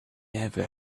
never